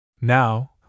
Now